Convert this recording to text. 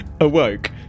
awoke